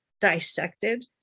dissected